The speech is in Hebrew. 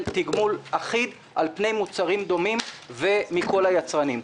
תגמול אחיד על פני מוצרים דומים ומכל היצרנים.